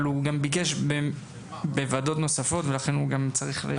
הוא ביקש גם בוועדות נוספות ולכן הוא צריך להסתובב בין הוועדות.